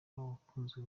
wakunzwe